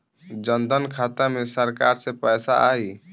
जनधन खाता मे सरकार से पैसा आई?